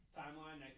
timeline